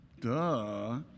duh